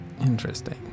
Interesting